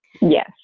Yes